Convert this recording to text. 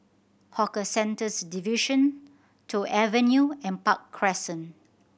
Hawker Centres Division Toh Avenue and Park Crescent